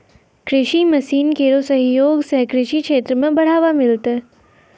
कृषि मसीन केरो सहयोग सें कृषि क्षेत्र मे बढ़ावा मिललै